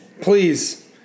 Please